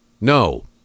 No